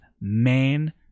man